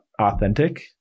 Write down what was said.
authentic